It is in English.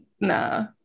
nah